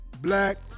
Black